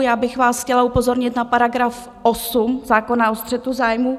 Já bych vás chtěla upozornit na § 8 zákona o střetu zájmu.